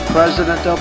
President